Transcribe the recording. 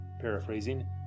paraphrasing